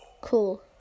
Cool